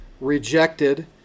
rejected